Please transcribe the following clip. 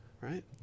right